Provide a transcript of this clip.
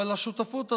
אבל השותפות הזו,